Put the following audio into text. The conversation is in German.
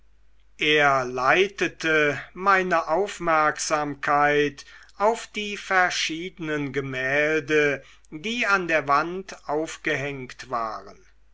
er leitete meine aufmerksamkeit auf die verschiedenen gemälde die an der wand aufgehängt waren